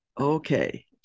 okay